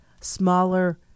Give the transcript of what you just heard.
smaller